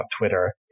Twitter